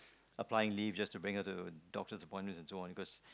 applying leave just to bring her to doctor's appointment and so on because